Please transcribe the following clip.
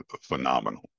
phenomenal